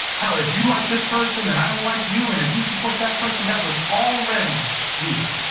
how if you like this person then i don't like you and if you support that person, that was already weird.